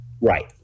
Right